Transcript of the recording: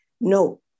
No